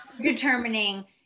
determining